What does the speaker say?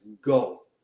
go